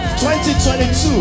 2022